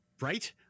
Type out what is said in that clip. Right